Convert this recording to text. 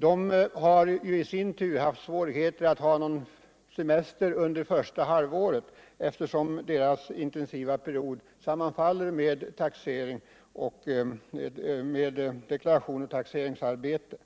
Dessa har i sin tur haft svårigheter att ta någon semester under det första halvåret, eftersom deras intensiva arbetsperiod sammanfaller med deklarations och taxeringsarbetet.